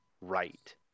right